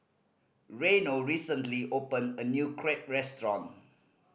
Reino recently opened a new Crepe restaurant